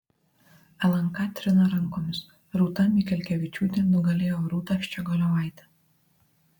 lnk trina rankomis rūta mikelkevičiūtė nugalėjo rūtą ščiogolevaitę